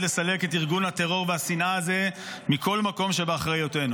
לסלק את ארגון הטרור והשנאה הזה מכל מקום שבאחריותנו.